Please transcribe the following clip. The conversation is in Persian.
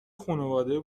خونواده